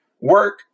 work